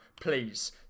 Please